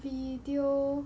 video